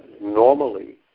normally